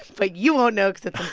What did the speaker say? but you won't know cause it's